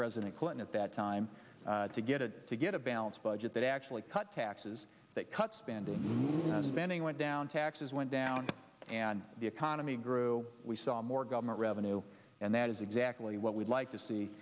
president clinton at that time to get it to get a balanced budget that actually cut taxes that cut spending spending went down taxes went down and the economy grew we saw more government revenue and that is exactly what we'd like to see